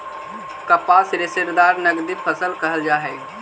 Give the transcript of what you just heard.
कपास रेशादार नगदी फसल कहल जा हई